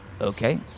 okay